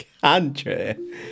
country